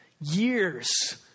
Years